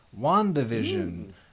WandaVision